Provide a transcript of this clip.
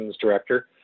director